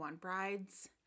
brides